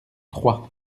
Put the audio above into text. troyes